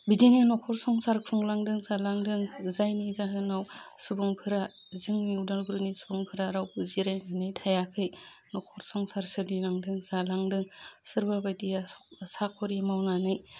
बिदिनो नखर संसार खुंलांदों जालांदों जायनि जाहोनाव सुबुंफोरा जोंनि उदालगुरिनि सुबुंफोरा रावबो जिरायनानै थायाखै नखर संसार सोलिलांदों जालांदों सोरबाबायदिया साख'रि मावनानै